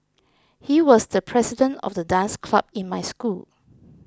he was the president of the dance club in my school